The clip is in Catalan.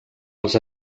els